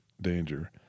danger